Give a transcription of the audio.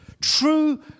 True